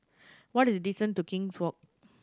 what is the distance to King's Walk